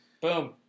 Boom